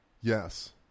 Yes